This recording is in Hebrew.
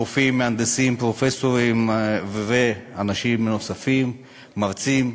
רופאים, מהנדסים, פרופסורים ואנשים נוספים, מרצים,